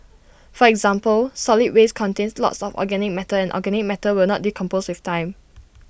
for example solid waste contains lots of organic matter and organic matter will not decompose with time